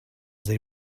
they